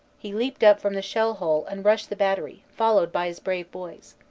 he leaped from the shell-hole and rushed the battery, followed by his brave boys.